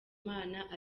imana